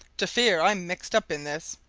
to fear i'm mixed up in this.